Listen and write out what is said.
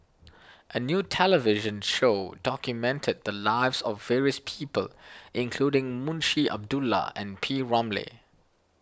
a new television show documented the lives of various people including Munshi Abdullah and P Ramlee